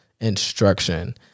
instruction